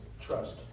trust